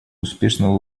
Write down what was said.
успешного